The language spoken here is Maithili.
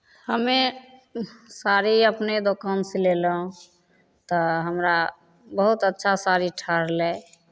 हमे ओ साड़ी अपने दोकान सऽ लेलहुॅं तऽ हमरा बहुत अच्छा साड़ी ठहरलै